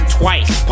twice